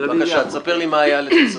בבקשה, תספר לי מה היה לתפיסתך.